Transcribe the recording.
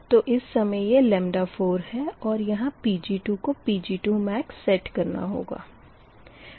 तो इस समय यह 4 है और यहाँ Pg2 को Pg2max सेट करना होगा